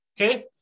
okay